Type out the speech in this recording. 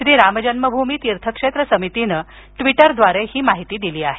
श्री राम जन्म भूमी तीर्थ क्षेत्र समितीनं ट्वीटरवर हि माहिती दिली आहे